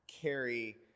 carry